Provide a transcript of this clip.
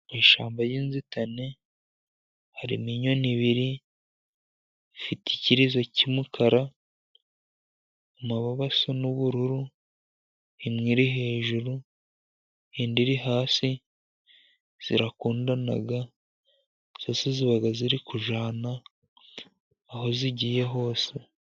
Mu ishyamba ry'inzitane harimo inyoni ebyiri zifite ibirizo by'umukara ,amababa asa n'ubururu, imwe iri hejuru indi iri hasi zirakundana. Zose ziba ziri kujyana aho zigiye hose.